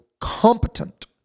competent